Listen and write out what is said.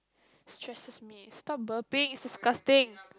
stresses me stop burping it's disgusting